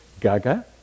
gaga